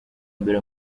mbere